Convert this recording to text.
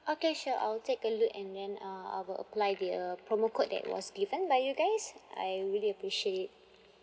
okay sure I will take a look and then uh I will apply the uh promo code that was given by you guys I really appreciate it